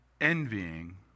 Envying